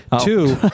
two